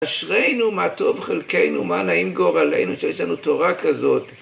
אשרינו, מה טוב חלקנו, מה נעים גורלנו שיש לנו תורה כזאת.